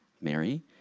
Mary